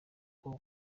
kuba